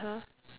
(uh huh)